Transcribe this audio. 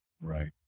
Right